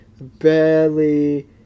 Barely